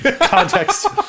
Context